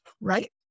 Right